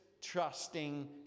trusting